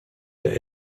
der